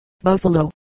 Buffalo